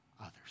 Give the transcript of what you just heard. others